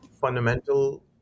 fundamental